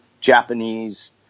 Japanese